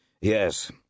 Yes